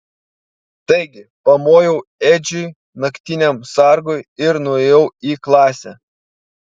taigi pamojau edžiui naktiniam sargui ir nuėjau į klasę